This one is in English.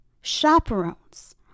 chaperones